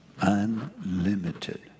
Unlimited